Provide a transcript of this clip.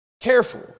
careful